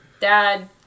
dad